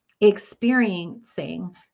experiencing